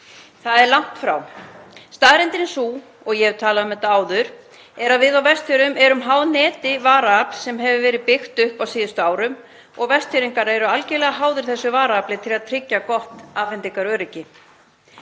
Það er langt því frá. Staðreyndin er sú, og ég hef talað um þetta áður, að við á Vestfjörðum erum háð neti varaafls sem hefur verið byggt upp á síðustu árum og eru Vestfirðingar algerlega háðir þessu varaafli til að tryggja gott afhendingaröryggi.